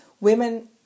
women